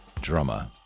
Drummer